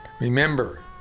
Remember